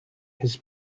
his